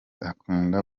akunda